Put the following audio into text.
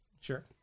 Sure